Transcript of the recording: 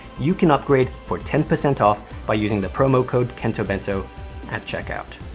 you can upgrade for ten percent off by using the promo code kentobento at checkout.